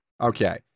Okay